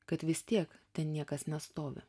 kad vis tiek ten niekas nestovi